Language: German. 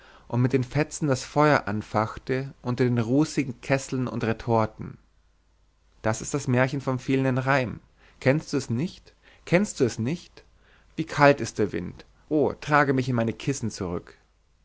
und mit den fetzen das feuer anfachte unter den rußigen kesseln und retorten das ist das märchen vom fehlenden reim kennst du es nicht kennst du es nicht wie kalt ist der wind o trage mich in meine kissen zurück